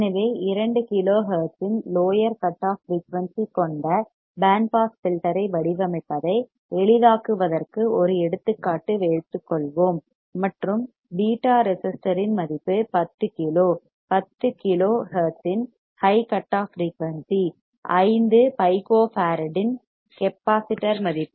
எனவே இரண்டு கிலோ ஹெர்ட்ஸின் லோயர் கட் ஆஃப் ஃபிரீயூன்சி கொண்ட பேண்ட் பாஸ் ஃபில்டர் ஐ வடிவமைப்பதை எளிதாக்குவதற்கு ஒரு எடுத்துக்காட்டு எடுத்துக்கொள்வோம் மற்றும் பீட்டா ரெசிஸ்டர் யின் மதிப்பு 10 கிலோ 10 கிலோ ஹெர்ட்ஸின் high cut off frequency 5 pico ஃபாரட்டின் கெப்பாசிட்டர் மதிப்பு